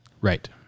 right